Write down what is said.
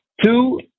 Two